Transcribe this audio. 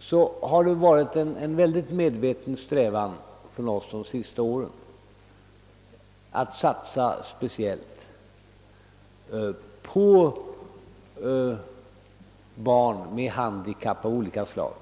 finner han nog att det har varit en mycket medveten strävan hos oss under de senaste åren att satsa speciellt på barn med handikapp av olika slag.